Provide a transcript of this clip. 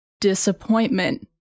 disappointment